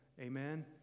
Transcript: Amen